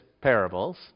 parables